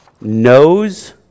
knows